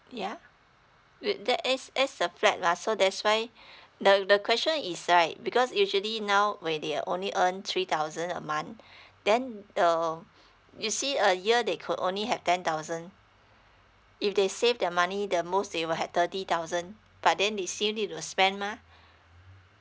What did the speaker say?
yeah wait that as as a flat ah so that's why the the question is right because usually now where they're only earn three thousand a month then the you see a year they could only have ten thousand if they save their money the most they will had thirty thousand but then they still need to spend mah